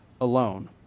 alone